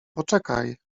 poczekaj